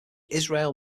israel